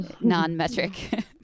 non-metric